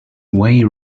way